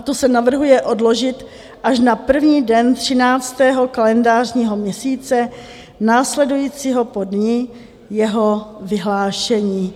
To se navrhuje odložit až na první den třináctého kalendářního měsíce následujícího po dni jeho vyhlášení.